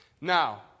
Now